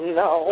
no